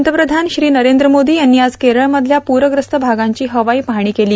पंतप्रधान श्री नरेंद्र मोदी यांनी आज केरळमधल्या पूरग्रस्त भागांची हवाई पाहणी केली